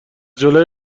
جلوی